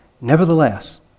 Nevertheless